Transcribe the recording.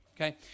okay